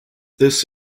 this